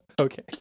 Okay